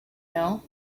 know